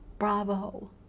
Bravo